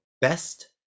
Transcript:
Best